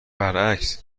برعکس